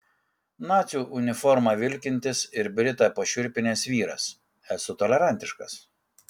nacių uniforma vilkintis ir britą pašiurpinęs vyras esu tolerantiškas